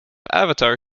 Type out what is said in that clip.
avatar